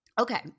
Okay